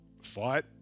fight